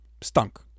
Stunk